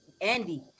Andy